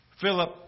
Philip